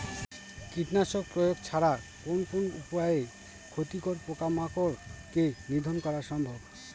কীটনাশক প্রয়োগ ছাড়া কোন কোন উপায়ে ক্ষতিকর পোকামাকড় কে নিধন করা সম্ভব?